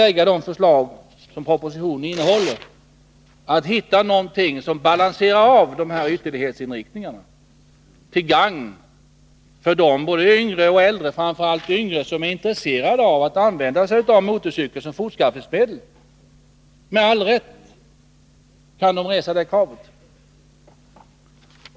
Vi har där försökt komma fram till någonting som balanserar dessa båda ytterlighetsinriktningar till gagn för både de yngre och de äldre — framför allt de yngre — som är intresserade av att använda motorcykel som fortskaffningsmedel, vilket de med all rätt kan kräva att få göra.